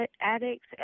addicts